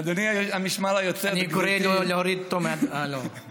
אדוני המשמר היוצא, אני קורא להוריד אותו, לא.